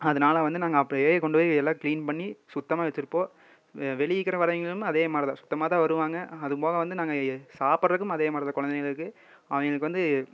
அதனால் வந்து நாங்கள் அப்பயே கொண்டுபோய் எல்லா க்ளீன் பண்ணி சுத்தமாக வச்சிருப்போம் வெளியே இருக்கிற வர்றவங்களும் அதேமாதிரிதான் சுத்தமாக தான் வருவாங்க அதுபோக வந்து நாங்கள் சாப்பிட்றதுக்கும் அதேமாதிரிதான் குழந்தைகளுக்கு அவங்களுக்கு வந்து